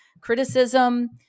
criticism